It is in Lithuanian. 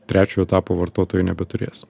trečio etapo vartotojai nebeturės